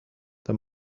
this